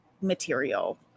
material